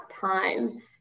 time